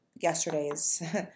yesterday's